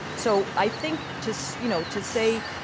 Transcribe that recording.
so i think to so you know to say,